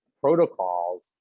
protocols